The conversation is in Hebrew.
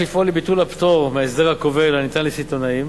יש לפעול לביטול הפטור מההסדר הכובל הניתן לסיטונאים,